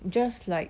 just like